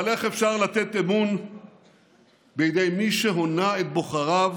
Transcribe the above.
אבל איך אפשר לתת אמון בידי מי שהונה את בוחריו